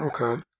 Okay